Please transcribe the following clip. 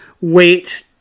wait